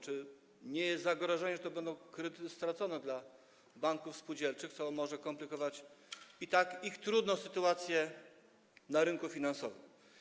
Czy nie ma zagrożenia, że to będą kredyty stracone dla banków spółdzielczych, co może komplikować ich i tak trudną sytuację na rynku finansowym?